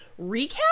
recap